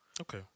Okay